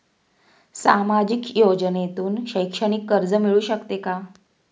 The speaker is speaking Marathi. सामाजिक योजनेतून शैक्षणिक कर्ज मिळू शकते का?